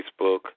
Facebook